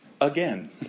Again